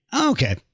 Okay